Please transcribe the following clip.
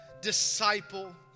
disciple